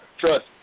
Trust